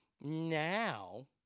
Now